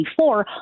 2024